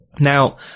Now